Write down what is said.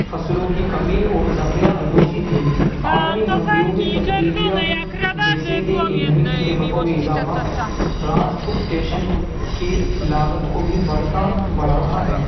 فصلوں کی کمی اور ذخیرہ اندوزی تھی عالمی منڈیوں میں تبدیلیاں جیسے کہ ایندھن کی قیمتوں میں اضافہ ٹرانسپورٹیشن کی لاگت کو بھی بڑتھا بڑاتھا ہے